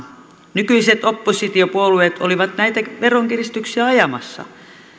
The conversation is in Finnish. nykyiset oppositiopuolueet olivat näitä veronkiristyksiä ajamassa